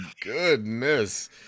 goodness